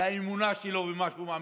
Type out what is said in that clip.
על האמונה שלו במה שהוא מאמין.